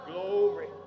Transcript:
Glory